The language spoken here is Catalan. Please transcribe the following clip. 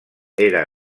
era